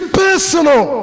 personal